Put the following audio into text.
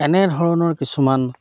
এনেধৰণৰ কিছুমান